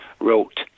wrote